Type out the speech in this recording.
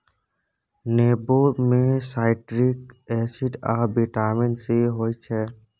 नेबो मे citric acid आ बिटामिन सी होइ छै